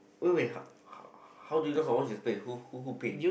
wait wait how how do you know how much is pay who who pay